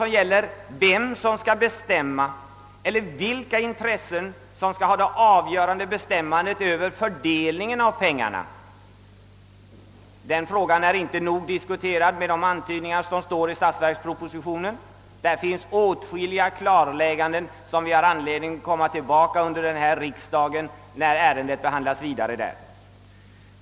Det gäller även frågor som vilka intressen som skall ha det avgörande inflytandet över fördelningen av pengarna — den frågan är inte nog diskuterad med de antydningar som görs i statsverkspropositionen. Här finns åtskilliga klarlägganden att göra. Vi har anledning att komma tillbaka till detta under denna riksdag då ärendet behandlas vidare.